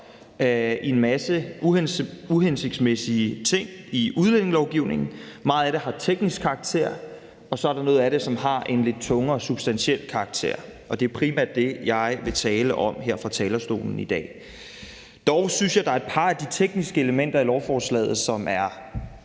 i en masse uhensigtsmæssige ting i udlændingelovgivningen. Meget af det har teknisk karakter, og så er der noget af det, som har en lidt tungere substantiel karakter, og det er primært det, jeg vil tale om her fra talerstolen i dag. Dog synes jeg, der er et par af de tekniske elementer i lovforslaget, som er